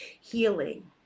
healing